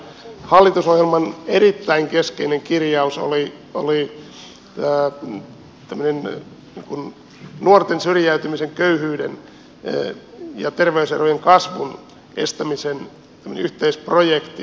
hallitusohjelman erittäin keskeinen kirjaus oli nuorten syrjäytymisen köyhyyden ja terveyserojen kasvun estämisen yhteisprojekti